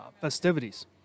festivities